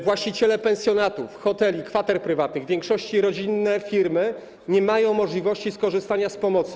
Właściciele pensjonatów, hoteli, kwater prywatnych, w większości rodzinne firmy nie mają możliwości skorzystania z pomocy.